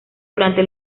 durante